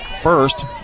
first